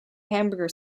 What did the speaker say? hamburger